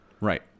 right